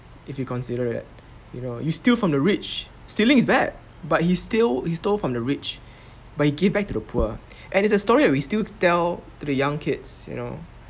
if you consider it you know you steal from the rich stealing is bad but he steal he stole from the rich but he gave back to the poor and it's a story that we still tell to the young kids you know